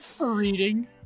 Reading